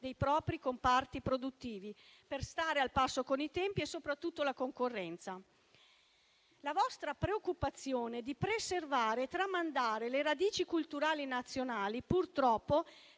dei propri comparti produttivi per stare al passo con i tempi e soprattutto con la concorrenza. La vostra preoccupazione di preservare e tramandare le radici culturali nazionali purtroppo